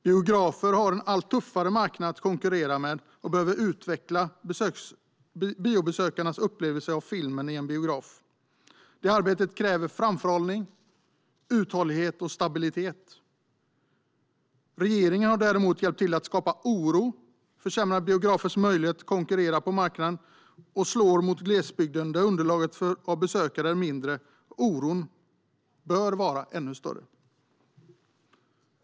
Biografer har en allt tuffare marknad att konkurrera på och behöver utveckla biobesökarnas upplevelse av filmen i en biograf. Detta arbete kräver framförhållning, uthållighet och stabilitet. Regeringen har däremot hjälpt till att skapa oro, försämra biografers möjlighet att konkurrera på marknaden och slå mot glesbygden, där underlaget för besökare är mindre, och oron bör vara större.